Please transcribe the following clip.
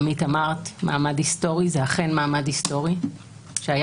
עמית אמרת מעמד היסטורי זה אכן מעמד היסטורי שהיה